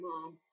mom